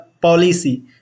policy